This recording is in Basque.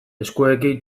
eskuekin